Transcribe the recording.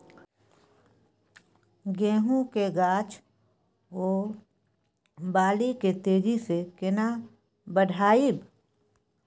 गेहूं के गाछ ओ बाली के तेजी से केना बढ़ाइब?